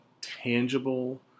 tangible